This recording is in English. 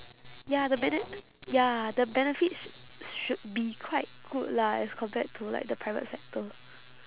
ya the bene~ ya the benefits should be quite good lah as compared to like the private sector